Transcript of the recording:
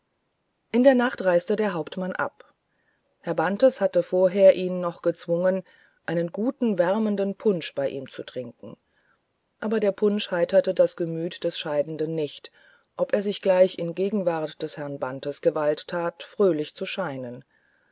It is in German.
in der nacht reiste der hauptmann ab herr bantes hatte vorher ihn noch gezwungen einen guten wärmenden punsch mit ihm zu trinken aber der punsch erheiterte das gemüt des scheidenden nicht ob er sich gleich in gegenwart des herrn bantes gewalt tat fröhlich zu scheinen